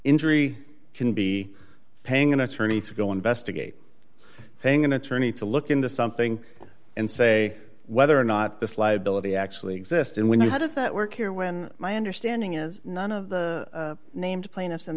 can be paying an attorney to go investigate paying an attorney to look into something and say whether or not this liability actually exists and we know how does that work here when my understanding is none of the named plaintiffs in